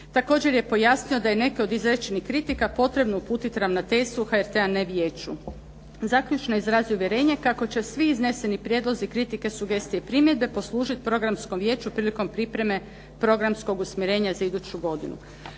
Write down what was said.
Također je pojasnio da je neke od izrečenih kritika potrebno uputiti Ravnateljstvu HRT-a a ne vijeću. Zaključno je izrazio uvjerenje kako će svi izneseni prijedlozi, kritike, sugestije i primjedbe poslužiti programskom vijeću prilikom pripreme programskog usmjerenja za iduću godinu.